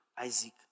Isaac